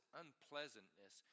unpleasantness